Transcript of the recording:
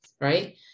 Right